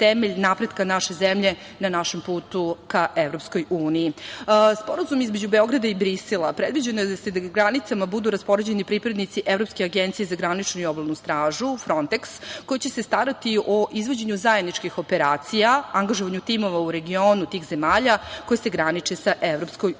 našem putu ka EU.Sporazumom između Beograda i Brisela predviđeno je da na granicama budu raspoređeni pripadnici Evropske agencije za graničnu i obalnu stražu "Fronteks", koji će se starati o izvođenju zajedničkih operacija, angažovanju timova u regionu tih zemalja koje se graniče sa EU.Aktivnosti